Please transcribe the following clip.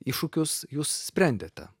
iššūkius jūs sprendėte